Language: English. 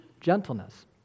gentleness